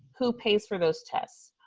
who pays for those tests,